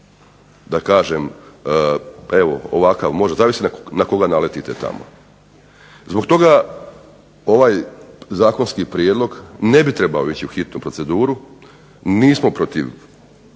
da kažem evo ovakav, zavisi na koga naletite tamo. Zbog toga ovaj zakonski prijedlog ne bi trebao ići u hitnu proceduru. Nismo protiv